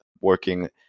working